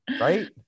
right